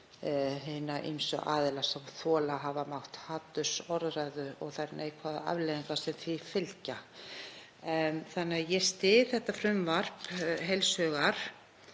hina ýmsu aðila sem þola hafa mátt hatursorðræðu og þær neikvæðu afleiðingar sem því fylgja. Þannig að ég styð þetta frumvarp heils hugar.